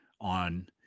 on